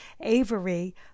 Avery